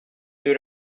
due